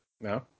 No